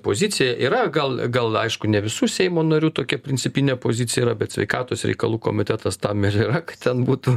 pozicija yra gal gal aišku ne visų seimo narių tokia principinė pozicija yra bet sveikatos reikalų komitetas tam ir yra kad ten būtų